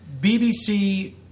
BBC